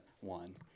one